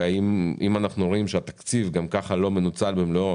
אם אנחנו רואים שהתקציב גם כך לא מנוצל במלואו,